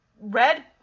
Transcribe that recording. red